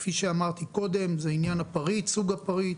כפי שאמרתי קודם זה עניין הפריט, סוג הפריט,